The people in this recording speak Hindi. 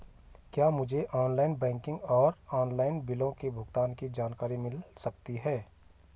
क्या मुझे ऑनलाइन बैंकिंग और ऑनलाइन बिलों के भुगतान की जानकारी मिल सकता है?